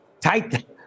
tight